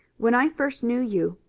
when i first knew you,